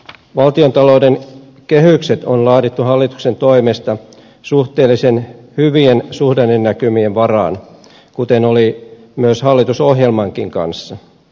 valtiontalouden kehykset on laadittu hallituksen toimesta suhteellisen hyvien suhdannenäkymien varaan kuten oli myös hallitusohjelmankin kanssa